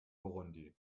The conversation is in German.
burundi